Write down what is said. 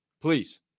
please